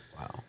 Wow